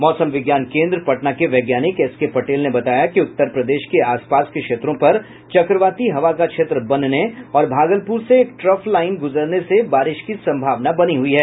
मौसम विज्ञान केन्द्र पटना के वैज्ञानिक एस के पटेल ने बताया कि उत्तर प्रदेश के आस पास के क्षेत्रों पर चक्रवाती हवा का क्षेत्र बनने और भागलपुर से एक टर्फ लाइन गुजरने से बारिश की संभावना बनी हुई है